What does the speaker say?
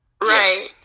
Right